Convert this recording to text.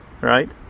right